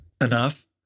enough